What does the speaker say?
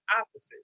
opposite